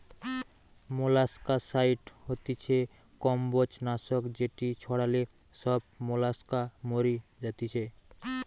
molluscicide হতিছে কম্বোজ নাশক যেটি ছড়ালে সব মোলাস্কা মরি যাতিছে